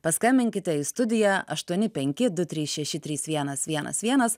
paskambinkite į studiją aštuoni penki du trys šeši trys vienas vienas vienas